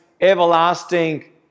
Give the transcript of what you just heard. everlasting